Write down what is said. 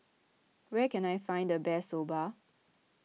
where can I find the best Soba